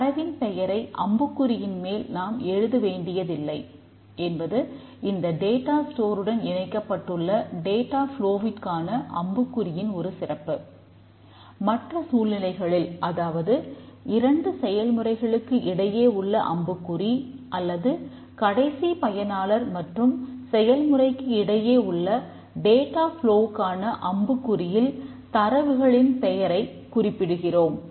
எனவே தரவின் பெயரை அம்புக்குறியின் மேல் நாம் எழுத வேண்டியதில்லை என்பது இந்த டேட்டா ஸ்டோருடன் அம்புக் குறியில் தரவுகளின் பெயரைக் குறிப்பிடுகிறோம்